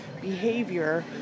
behavior